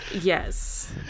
Yes